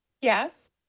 Yes